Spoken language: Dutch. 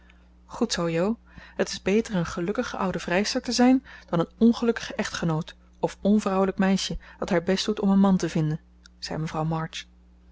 goed zoo jo het is beter een gelukkige oude vrijster te zijn dan een ongelukkige echtgenoot of onvrouwelijk meisje dat haar best doet om een man te vinden zei mevrouw march